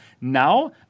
Now